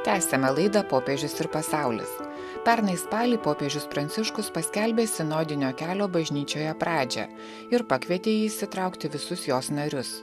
tęsiame laidą popiežius ir pasaulis pernai spalį popiežius pranciškus paskelbė sinodinio kelio bažnyčioje pradžią ir pakvietė į jį įsitraukti visus jos narius